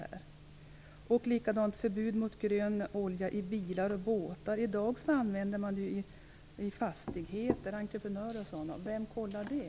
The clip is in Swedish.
Jag har också en fråga som gäller förbud mot grön olja i bilar och båtar. I dag använder man det i fastigheter. Det gäller t.ex. entreprenörer. Vem kontrollerar det?